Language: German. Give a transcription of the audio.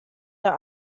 der